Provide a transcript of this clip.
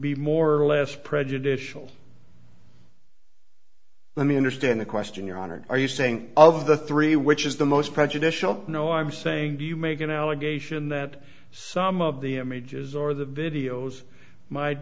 be more or less prejudicial let me understand the question your honor are you saying of the three which is the most prejudicial no i'm saying to you make an allegation that some of the images or the videos might